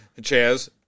Chaz